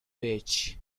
witch